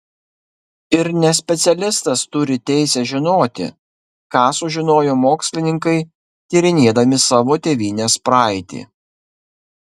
ir nespecialistas turi teisę žinoti ką sužinojo mokslininkai tyrinėdami savo tėvynės praeitį